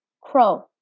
Crow